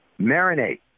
Marinate